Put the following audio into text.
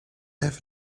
have